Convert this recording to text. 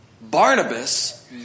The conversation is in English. Barnabas